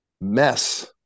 mess